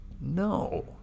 No